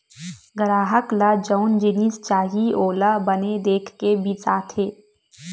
गराहक ल जउन जिनिस चाही ओला बने देख के बिसाथे